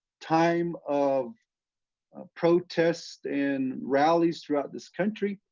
time of protest, and rallies throughout this country?